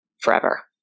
forever